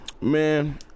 man